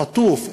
חטוף,